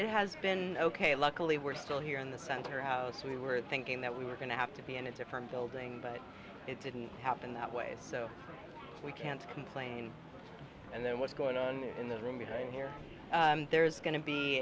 it has been ok luckily we're still here in the center house we were thinking that we were going to have to be in a different building but it didn't happen that way so we can't complain and then what's going on in the room you know here there's going to be